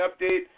update